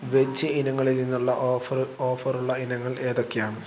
veg ഇനങ്ങളിൽ നിന്നുള്ള ഓഫ ഓഫറുള്ള ഇനങ്ങൾ ഏതൊക്കെയാണ്